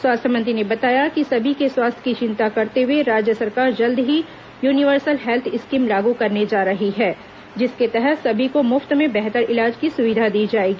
स्वास्थ्य मंत्री ने बताया कि सभी के स्वास्थ्य की चिंता करते हुए राज्य सरकार जल्द ही यूनिवर्सल हेल्थ स्कीम लागू करने जा रही है जिसके तहत सभी को मुफ्त में बेहतर इलाज की सुविधा दी जाएगी